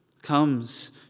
comes